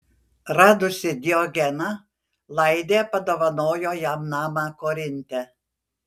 radusi diogeną laidė padovanojo jam namą korinte